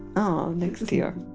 oh, next year.